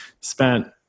spent